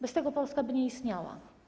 Bez tego Polska by nie istniała.